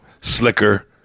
slicker